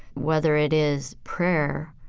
whether it is prayer,